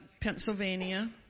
Pennsylvania